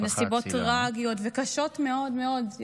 שנהרג, לצערנו, בנסיבות טרגיות וקשות מאוד מאוד.